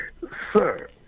Sir